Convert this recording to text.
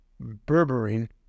berberine